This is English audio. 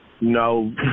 No